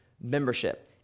membership